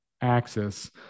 axis